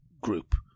group